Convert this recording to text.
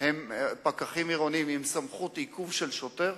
הם פקחים עירוניים, עם סמכות עיכוב של שוטר?